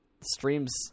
Streams